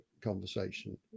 conversation